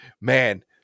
man